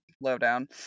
lowdown